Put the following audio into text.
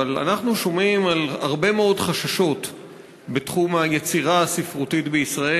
אבל אנחנו שומעים על הרבה מאוד חששות בתחום היצירה הספרותית בישראל.